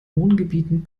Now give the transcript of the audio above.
wohngebieten